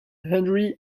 henri